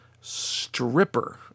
stripper